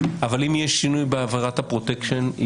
אבל אם יהיה שינוי בהעברת הפרוטקשן,